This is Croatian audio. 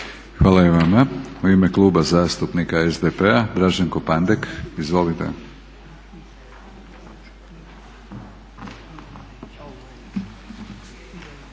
Hvala i vama. U ime Kluba zastupnika SDP-a, Draženko Pandek. Izvolite.